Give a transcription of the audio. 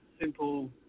simple